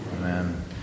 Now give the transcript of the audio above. Amen